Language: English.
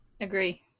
Agree